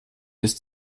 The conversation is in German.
ist